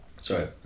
Sorry